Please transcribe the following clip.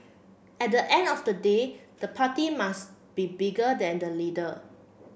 at the end of the day the party must be bigger than the leader